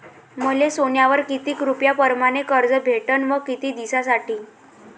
मले सोन्यावर किती रुपया परमाने कर्ज भेटन व किती दिसासाठी?